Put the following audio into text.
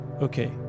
Okay